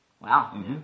Wow